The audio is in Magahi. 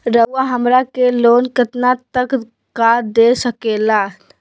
रउरा हमरा के लोन कितना तक का दे सकेला?